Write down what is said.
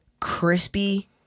crispy